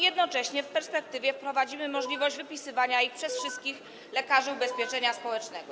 Jednocześnie w perspektywie wprowadzimy możliwość wypisywania ich przez wszystkich lekarzy ubezpieczenia społecznego.